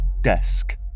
desk